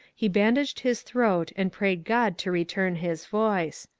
he bandaged his throat and prayed god to return his voice.